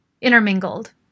intermingled